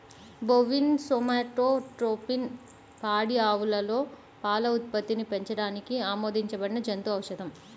bovine somatotropin పాడి ఆవులలో పాల ఉత్పత్తిని పెంచడానికి ఆమోదించబడిన జంతు ఔషధం